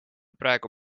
praegu